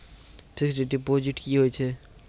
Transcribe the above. Fixed deposit की होय छै?